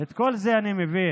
את כל זה אני מבין,